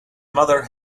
mother